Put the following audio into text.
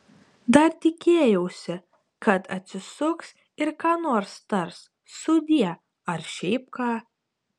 dar tikėjausi kad atsisuks ir ką nors tars sudie ar šiaip ką